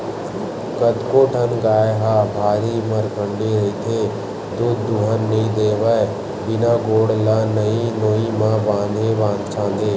कतको ठन गाय ह भारी मरखंडी रहिथे दूद दूहन नइ देवय बिना गोड़ ल नोई म बांधे छांदे